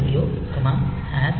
ANL PSW 0xE7